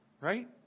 right